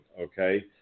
okay